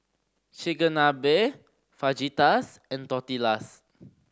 Chigenabe Fajitas and Tortillas